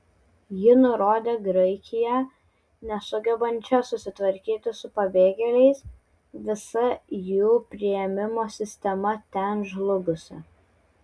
ji nurodė graikiją nesugebančią susitvarkyti su pabėgėliais visa jų priėmimo sistema ten žlugusi